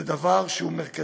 זה דבר שהוא מרכזי.